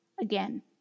again